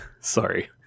sorry